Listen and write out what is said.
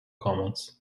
commons